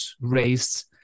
raised